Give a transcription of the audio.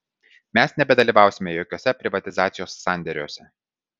mes nebedalyvausime jokiuose privatizacijos sandėriuose